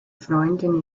freunde